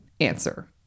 Answer